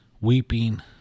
weeping